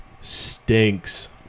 stinks